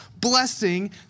blessing